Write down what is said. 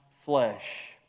flesh